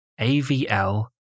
AVL